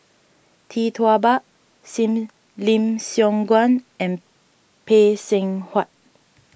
Tee Tua Ba Lim Siong Guan and Phay Seng Whatt